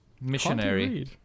missionary